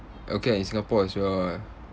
okay ah in singapore as well [what]